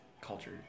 culture